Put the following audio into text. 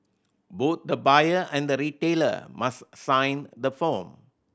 both the buyer and the retailer must sign the form